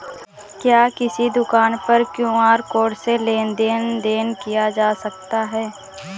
क्या किसी दुकान पर क्यू.आर कोड से लेन देन देन किया जा सकता है?